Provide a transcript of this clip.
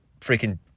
freaking